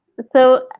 so,